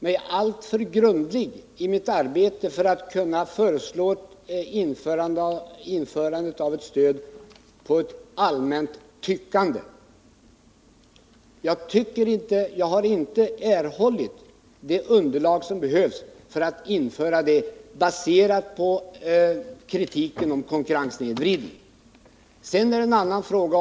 Dock är jag alltför grundlig i mitt arbete för att kunna föreslå införandet av ett stöd på grundval av ett allmänt tyckande. Jag har inte erhållit det underlag som jag anser behövs för att införa det. Kritiken om konkurrenssnedvridning är inte tillräcklig som bas för ett sådant förslag.